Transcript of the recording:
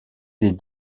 des